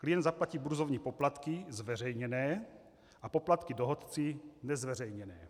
Klient zaplatí burzovní poplatky zveřejněné a poplatky dohodci nezveřejněné.